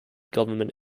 government